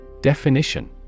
Definition